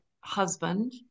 husband